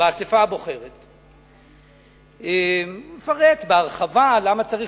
הוא מפרט בהרחבה למה צריך,